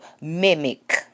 mimic